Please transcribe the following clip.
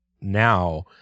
now